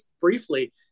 briefly